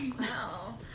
Wow